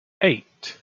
eight